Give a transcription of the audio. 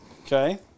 Okay